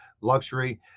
luxury